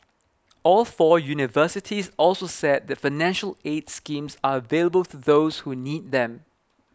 all four universities also said that financial aid schemes are available to those who need them